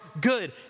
good